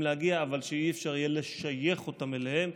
להגיע אבל לא יהיה אפשר לשייך אותם אליהם,